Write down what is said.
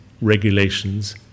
regulations